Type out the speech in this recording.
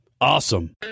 Awesome